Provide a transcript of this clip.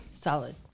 Solid